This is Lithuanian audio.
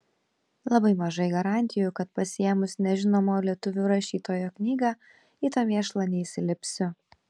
labai mažai garantijų kad pasiėmus nežinomo lietuvių rašytojo knygą į tą mėšlą neįsilipsiu